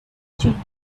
changes